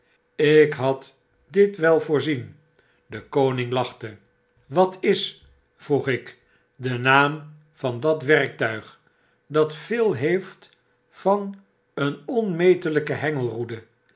ik had dit wel voorzien de koning lachte wat is vroeg ik de naam van dat werktuig dat veel heeft van een onmetelgke